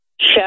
show